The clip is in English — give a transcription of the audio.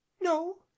no